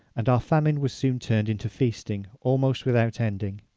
and our famine was soon turned into feasting, almost without ending.